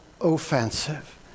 offensive